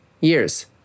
years